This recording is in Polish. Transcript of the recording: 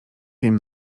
wiem